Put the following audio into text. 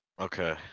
Okay